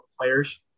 players